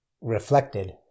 reflected